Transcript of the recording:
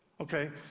Okay